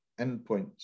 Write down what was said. endpoints